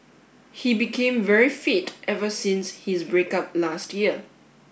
he became very fit ever since his break up last year